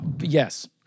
Yes